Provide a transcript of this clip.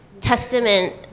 testament